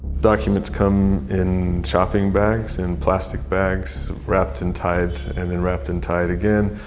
documents come in shopping bags, in plastic bags, wrapped and tied and then wrapped and tied again,